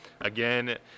again